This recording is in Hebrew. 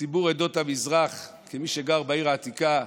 ציבור עדות המזרח כמי שגר בעיר העתיקה,